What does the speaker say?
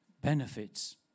benefits